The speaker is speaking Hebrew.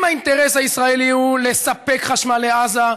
אם האינטרס הישראלי הוא לספק חשמל לעזה,